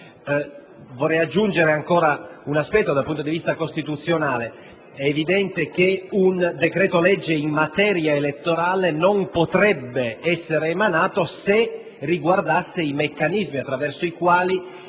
Vorrei aggiungere ancora un aspetto dal punto di vista costituzionale. È evidente che un decreto-legge in materia elettorale non potrebbe essere emanato se riguardasse i meccanismi attraverso i quali